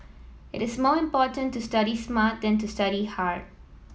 it is more important to study smart than to study hard